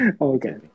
Okay